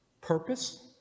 purpose